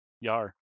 Yar